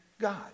God